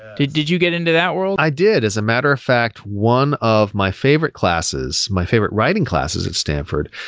did did you get into that world? i did. as a matter of fact, one of my favorite classes, my favorite writing classes at stanford,